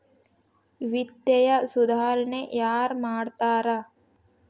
ವಿತ್ತೇಯ ಸುಧಾರಣೆ ಯಾರ್ ಮಾಡ್ತಾರಾ